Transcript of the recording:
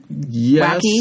Yes